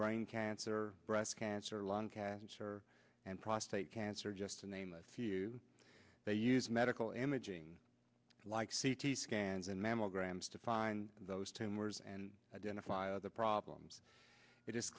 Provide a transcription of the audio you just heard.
brain cancer breast cancer lung cancer and prostate cancer just to name a few they use medical imaging like c t scans and mammograms to find those tumors and identify other problems it